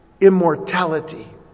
immortality